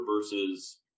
versus